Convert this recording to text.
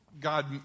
God